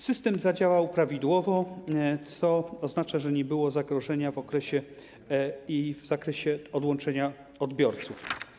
System zadziałał prawidłowo, co oznacza, że nie było zagrożenia w zakresie odłączenia odbiorców.